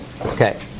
Okay